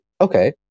okay